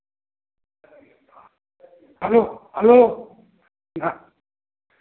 hello hello हाँ